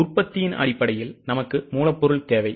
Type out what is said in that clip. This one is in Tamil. உற்பத்தியின் அடிப்படையில் நமக்கு மூலப்பொருள் தேவை